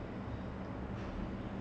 ya he can dance damn well